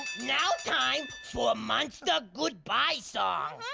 now time for monster goodbye song.